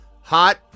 hot